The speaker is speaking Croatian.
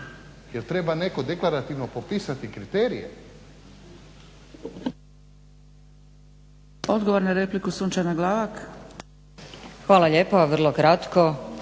jer treba netko deklarativno popisati kriterije.